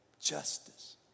Justice